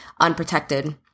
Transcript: unprotected